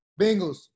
Bengals